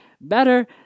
better